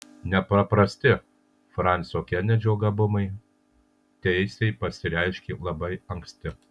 nepaprasti fransio kenedžio gabumai teisei pasireiškė labai anksti